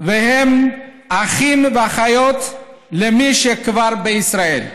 הם אחים ואחיות למי שכבר בישראל.